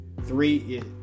three